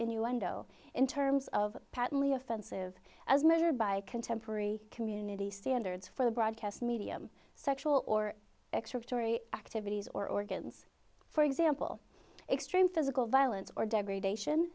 innuendo in terms of patently offensive as measured by contemporary community standards for the broadcast medium sexual or excerpt ory activities or organs for example extreme physical violence or degradation